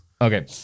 Okay